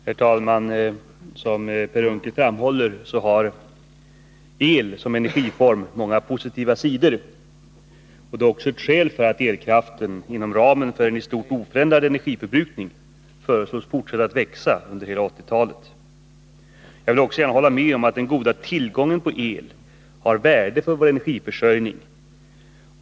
Herr talman! Som Per Unckel framhåller har el som energiform många positiva sidor. Det är också ett skäl för att elkraften, inom ramen för eni stort oförändrad energiförbrukning, föreslås fortsätta att växa under hela 1980-talet. Jag vill också gärna hålla med om att den goda tillgången på el har värde för vår energiförsörjning.